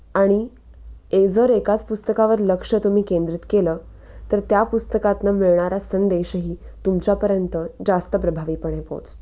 आणि ए जर एकाच पुस्तकावर लक्ष तुम्ही केंद्रित केलं तर त्या पुस्तकातून मिळणारा संदेशही तुमच्यापर्यंत जास्त प्रभावीपणे पोचतो